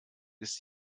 ist